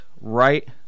right